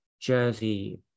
Jersey